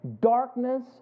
darkness